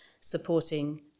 supporting